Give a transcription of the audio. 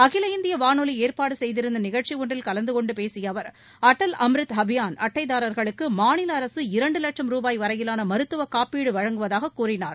அகில இந்திய வானொலி ஏற்பாடு செய்திருந்த நிகழ்ச்சி ஒன்றில் கலந்தகொண்டு பேசிய அவர் அடல் அமித் அபியான அட்டைதாரர்களுக்கு மாநில அரக இரண்டு வட்சும் ரூபாய் வரையிவான மருத்துவக் காப்பீடு வழங்குவதாக கூறினார்